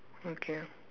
okay